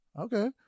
Okay